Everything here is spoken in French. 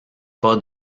pas